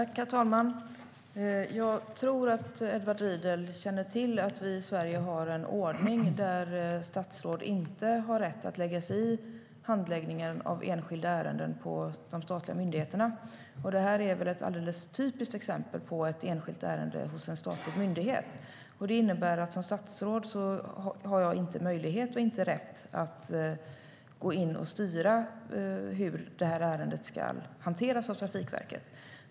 Herr talman! Jag tror nog att Edward Riedl känner till att vi i Sverige har en ordning där statsråd inte har rätt att lägga sig i handläggningen av enskilda ärenden vid de statliga myndigheterna. Det här är ett typiskt exempel på ett enskilt ärende hos en statlig myndighet. Det innebär att jag som statsråd varken har möjlighet eller rätt att gå in och styra hur ärendet ska hanteras av Trafikverket.